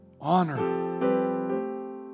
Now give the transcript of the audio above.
Honor